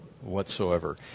whatsoever